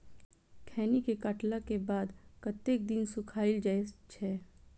खैनी केँ काटला केँ बाद कतेक दिन सुखाइल जाय छैय?